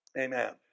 Amen